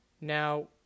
Now